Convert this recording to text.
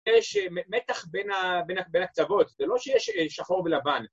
יש מתח בין ה... בין הקצוות, זה לא שיש שחור ולבן